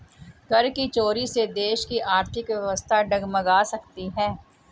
कर की चोरी से देश की आर्थिक व्यवस्था डगमगा सकती है